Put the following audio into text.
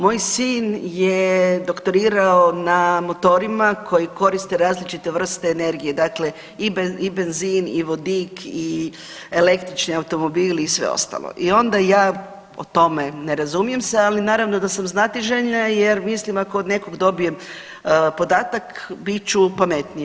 Moj sin je doktorirao na motorima koji koriste različite vrste energije, dakle i benzin i vodik i električni automobil i sve ostalo i onda ja o tome ne razumijem se, ali naravno da sam znatiželjna jer mislim ako od nekog dobijem podatak bit ću pametnija.